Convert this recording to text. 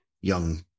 young